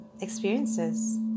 experiences